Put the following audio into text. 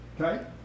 Okay